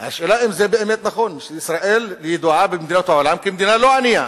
השאלה היא אם זה באמת נכון: ישראל ידועה במדינות העולם כמדינה לא ענייה,